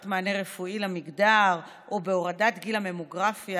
מענה רפואי למגדר או בהורדת גיל הממוגרפיה,